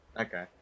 Okay